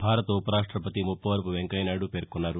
భారత ఉపరాష్టపతి ముప్పవరపు వెంకయ్య నాయుడు పేర్కొన్నారు